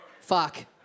Fuck